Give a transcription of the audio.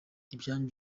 ibyanyu